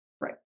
Right